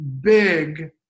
big